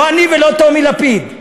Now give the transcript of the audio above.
לא אני ולא טומי לפיד,